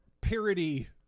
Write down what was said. parody